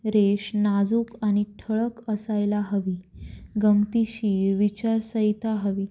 रेश नाजूक आणि ठळक असायला हवी गंमतीशीर विचारसंहिता हवी